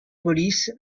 police